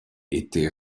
était